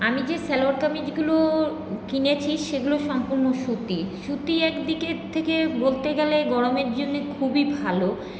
আমি যে সালোয়ার কামিজগুলো কিনেছি সেগুলো সম্পূর্ণ সুতির সুতি একদিকে থেকে বলতে গেলে গরমের জন্য খুবই ভালো